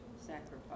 sacrifice